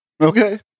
Okay